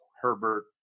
Herbert